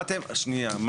מה אתם, שנייה.